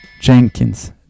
Jenkins